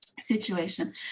situation